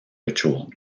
ritual